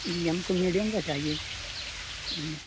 جی ہم کو میڈیم کا چاہیے ہوں